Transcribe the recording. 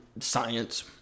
science